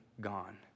gone